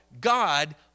God